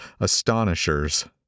astonishers